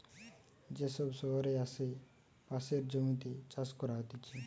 যে সব শহরের আসে পাশের জমিতে চাষ করা হতিছে